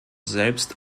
selbst